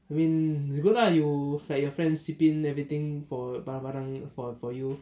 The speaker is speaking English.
I mean it's good lah you like your friends chip in everything for barang-barang for you